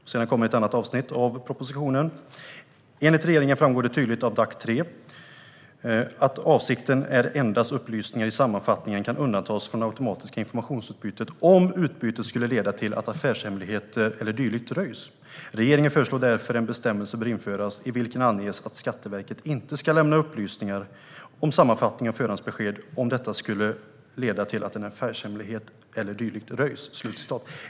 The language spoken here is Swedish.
I ett annat avsnitt står det: Enligt regeringen framgår det tydligt av DAC 3 att avsikten är att endast upplysningar i sammanfattningen kan undantas från det automatiska informationsutbytet om utbytet skulle leda till att affärshemligheter eller dylikt röjs. Regeringen föreslår därför att en bestämmelse bör införas i vilken anges att Skatteverket inte ska lämna upplysningar om sammanfattningar och förhandsbesked om detta skulle leda till att en affärshemlighet eller dylikt röjs.